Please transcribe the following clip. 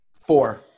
Four